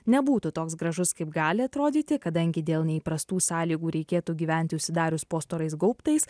nebūtų toks gražus kaip gali atrodyti kadangi dėl neįprastų sąlygų reikėtų gyventi užsidarius po storais gaubtais